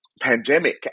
pandemic